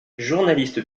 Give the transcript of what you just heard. journaliste